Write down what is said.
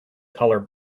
colored